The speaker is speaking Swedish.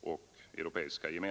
och EG.